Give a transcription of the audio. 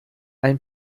ein